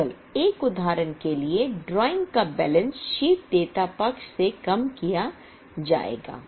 केवल एक उदाहरण के लिए ड्राइंग को बैलेंस शीट देयता पक्ष से कम किया जाएगा